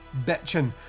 bitching